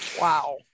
Wow